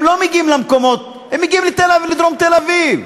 הם לא מגיעים למקומות, הם מגיעים לדרום תל-אביב.